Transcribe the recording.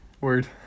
word